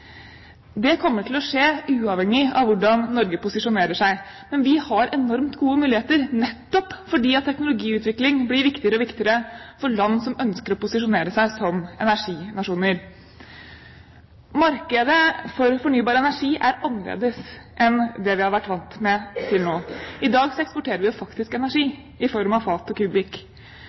å skje uavhengig av hvordan Norge posisjonerer seg. Men vi har enormt gode muligheter nettopp fordi teknologiutvikling blir viktigere og viktigere for land som ønsker å posisjonere seg som energinasjon. Markedet for fornybar energi er annerledes enn det vi har vært vant med til nå. I dag eksporterer vi faktisk energi i form av fat og kubikk.